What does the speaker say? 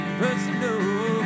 personal